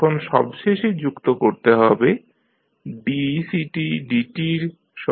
এখন সবশেষে যুক্ত করতে হবে decdt এর সঙ্গে ect র